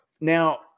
Now